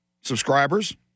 Subscribers